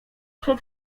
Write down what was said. przed